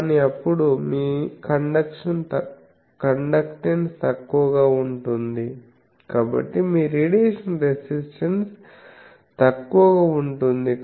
కానీ అప్పుడు మీ కండక్టన్స్ తక్కువగా ఉంటుంది కాబట్టి మీ రేడియేషన్ రెసిస్టెన్స్ తక్కువగా ఉంటుంది